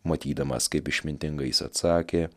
matydamas kaip išmintingai jis atsakė